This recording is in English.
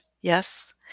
yes